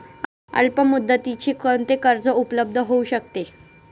अल्पमुदतीचे कोणते कर्ज उपलब्ध होऊ शकते?